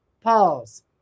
Pause